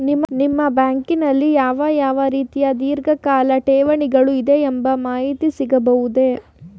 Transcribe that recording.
ನಿಮ್ಮ ಬ್ಯಾಂಕಿನಲ್ಲಿ ಯಾವ ಯಾವ ರೀತಿಯ ಧೀರ್ಘಕಾಲ ಠೇವಣಿಗಳು ಇದೆ ಎಂಬ ಮಾಹಿತಿ ಸಿಗಬಹುದೇ?